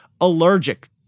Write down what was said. allergic